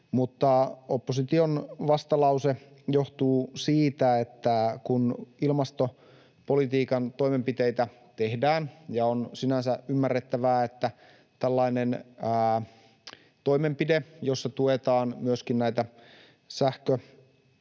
opposition vastalause johtuu siitä... Kun ilmastopolitiikan toimenpiteitä tehdään, on sinänsä ymmärrettävää, että tehdään tällainen toimenpide, jolla tuetaan myöskin näitä sähköautojen